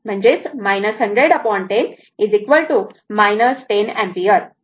तर i v10 10010 10 ampere